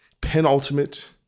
penultimate